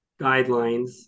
guidelines